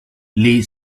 lee